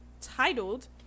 titled